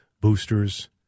boosters